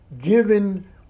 given